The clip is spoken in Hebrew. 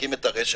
זורקים את הרשת,